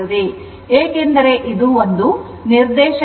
ಏಕೆಂದರೆ ಇದು ಒಂದು ನಿರ್ದೇಶಾಂಕ